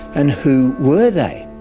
and who were they?